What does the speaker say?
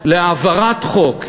להעברת חוק,